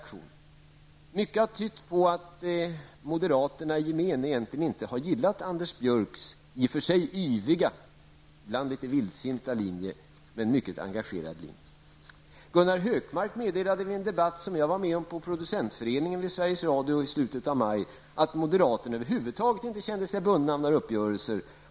Mycket har tytt på att moderaterna i gemen egentligen inte har gillat Anders Björcks i och för sig yviga och ibland litet vildsinta, men också mycket engagerade linje. Gunnar Hökmark meddelade vid en debatt, som jag var med om, på producentföreningen vid Sveriges Radio i slutet av maj att moderaterna över huvud taget inte kände sig bundna av några uppgörelser.